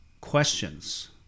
questions